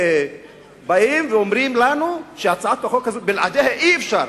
באים ואומרים לנו שהצעת החוק הזו, בלעדיה אי-אפשר.